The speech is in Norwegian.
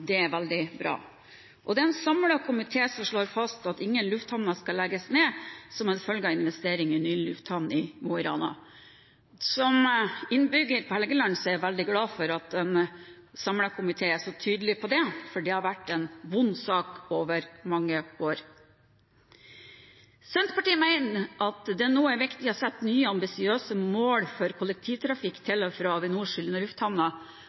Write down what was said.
Det er veldig bra. Det er en samlet komité som slår fast at ingen lufthavner skal legges ned som en følge av investeringene i ny lufthavn i Mo i Rana. Som innbygger på Helgeland er jeg veldig glad for at en samlet komité er så tydelig på det, for det har vært en vond sak over mange år. Senterpartiet mener det nå er viktig å sette nye ambisiøse mål for kollektivtrafikk til og fra Avinors lufthavner